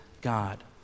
God